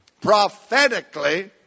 prophetically